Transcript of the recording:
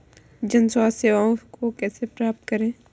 जन स्वास्थ्य सेवाओं को कैसे प्राप्त करें?